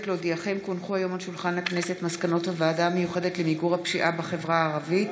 על שולחן הכנסת מסקנות הוועדה המיוחדת למיגור הפשיעה בחברה הערבית